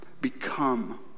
become